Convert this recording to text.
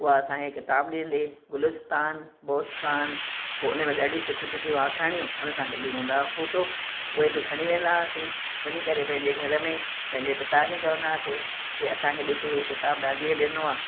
उहा असांखे किताब ॾिंदी ग़ुलिस्तान बोस्तान ओ उनमें ॾाढी सुठियूं सुठियूं अखाणियूं उनसां गॾु हूंदा हा फोटो उहे बि खणी वेंदा हुआसीं वञी करे पंहिंजे घर में पंहिंजे पिता खे चवंदा हुआसीं के असांखे ॾिसो हे किताब दादीअ ॾिनो आहे